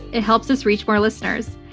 it helps us reach more listeners.